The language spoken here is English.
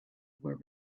were